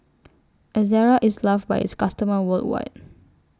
Ezerra IS loved By its customers worldwide